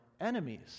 enemies